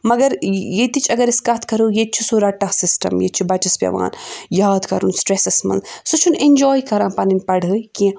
مگر ییٚتِچ اگر أسۍ کَتھ کَرو ییٚتہِ چھُ سُہ رَٹا سِسٹَم ییٚتہِ چھُ بَچیٚس پیٚوان یاد کَرُن سٹرٛیٚسَس منٛز سُہ چھُنہٕ ایٚنجوٛاے کَران پَنٕنۍ پَڑھٲے کیٚنٛہہ